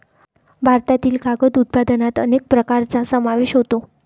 भारतातील कागद उत्पादनात अनेक प्रकारांचा समावेश होतो